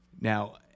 Now